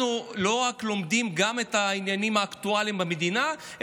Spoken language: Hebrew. אנחנו לא רק לומדים גם את העניינים האקטואליים במדינה,